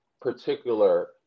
particular